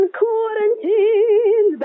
quarantine